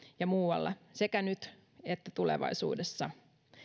ja muualla sekä nyt että tulevaisuudessa